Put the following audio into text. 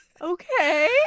Okay